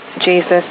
Jesus